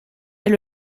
est